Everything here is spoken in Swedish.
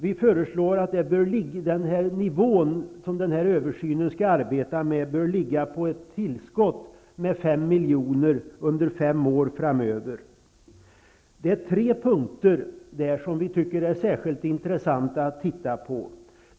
Vi föreslår att den nivå som översynen skall arbeta med, bör ligga på ett tillskott på fem miljoner kronor under fem år framåt. De är tre punkter där som vi tycker är särskilt intressanta att titta på.